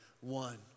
one